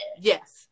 yes